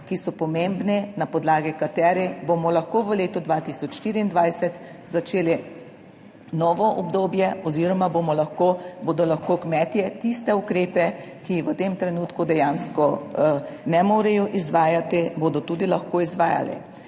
ki so pomembni, na podlagi katerih bomo lahko v letu 2024 začeli novo obdobje oziroma bomo lahko, bodo lahko kmetje tiste ukrepe, ki v tem trenutku dejansko ne morejo izvajati, bodo tudi lahko izvajali.